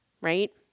right